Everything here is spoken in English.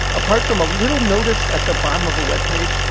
apart from a little notice at the bottom of a webpage,